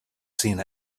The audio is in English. seen